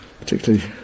particularly